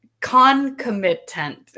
concomitant